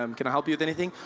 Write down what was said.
um can i help you with anything?